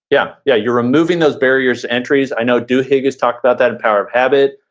yeah, yeah, you're removing those barriers to entries. i know duhigg has talked about that in power of habit.